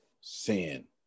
sin